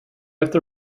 have